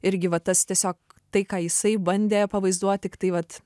irgi va tas tiesiog tai ką jisai bandė pavaizduot tik tai vat